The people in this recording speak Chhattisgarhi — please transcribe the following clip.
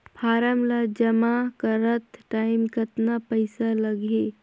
फारम ला जमा करत टाइम कतना पइसा लगही?